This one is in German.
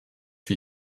wir